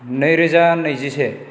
नै रोजा नैजिसे